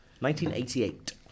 1988